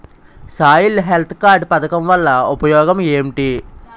Soil health card పథకం వల్ల ఉపయోగం ఏంటి?